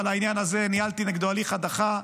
על העניין הזה ניהלתי נגדו הליך הדחה,